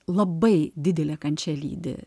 labai didelė kančia lydi